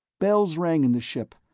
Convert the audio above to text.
bells rang in the ship,